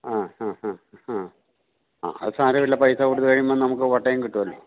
ആ ഹാ ഹാ ഹാ അ അത് സാരമില്ല പൈസ കൊടുത്ത് കഴിയുമ്പം നമുക്ക് പട്ടയം കിട്ടുവല്ലോ